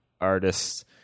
artists